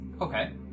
okay